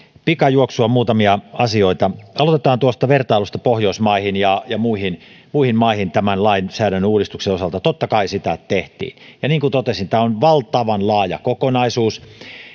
pikajuoksua muutamia asioita aloitetaan tuosta vertailusta pohjoismaihin ja ja muihin maihin tämän lainsäädännön uudistuksen osalta totta kai sitä tehtiin ja niin kuin totesin tämä on valtavan laaja kokonaisuus